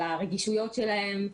על הרגישויות שלהם.